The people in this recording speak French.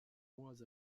mois